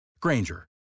Granger